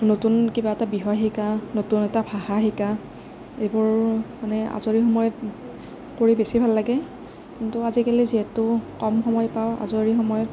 নতুন কিবা এটা বিষয় শিকা নতুন এটা ভাষা শিকা এইবোৰ মানে আজৰি সময়ত কৰি বেছি ভাল লাগে কিন্তু আজিকালি যিহেতু কম সময় পাওঁ আজৰি সময়ত